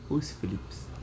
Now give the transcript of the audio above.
who's phillips